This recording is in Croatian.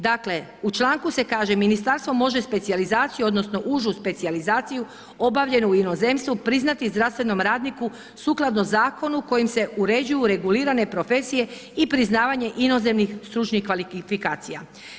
Dakle, u članku se kaže, Ministarstvo može specijalizaciju odnosno užu specijalizaciju obavljenu u inozemstvu priznati zdravstvenom radniku sukladno zakonu kojim se uređuju regulirane profesije i priznavanje inozemnih stručnih kvalifikacija.